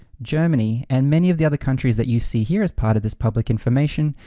germany, and many of the other countries that you see here as part of this public information,